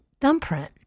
thumbprint